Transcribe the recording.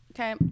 Okay